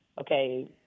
okay